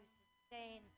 sustain